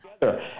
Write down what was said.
together